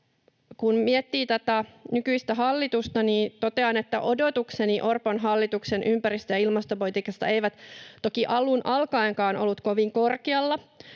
Kun mietin tätä nykyistä hallitusta, niin totean, että odotukseni Orpon hallituksen ympäristö- ja ilmastopolitiikasta eivät toki alun alkaenkaan olleet kovin korkealla.